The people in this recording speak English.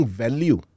value